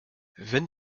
wenn